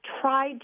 tried